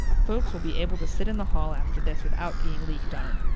folks will be able to sit in the hall after this without being leaked on.